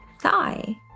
thigh